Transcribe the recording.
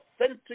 authentic